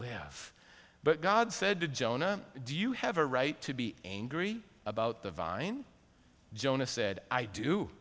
live but god said to jonah do you have a right to be angry about the vine jonah said i do